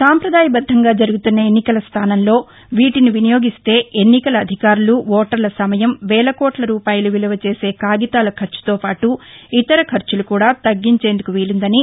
సంపదాయ బద్దంగా జరుగుతున్న ఎన్నికలస్థానంలో వీటిని వినియోగిస్తే ఎన్నికల అధికారులు వోటర్ల సమయము వేలకోట్ల రూపాయలు విలువ చేసే కాగితాల ఖర్చుతో పాటు ఇతర ఖర్చులు కూడా తగ్గించేందుకు వీలుందని